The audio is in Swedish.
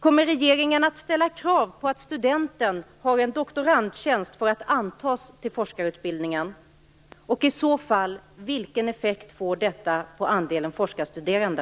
Kommer regeringen att ställa krav på att studenten har en doktorandtjänst för att vederbörande skall antas till forskarutbildningen? I så fall, vilken effekt får detta på andelen forskarstuderande?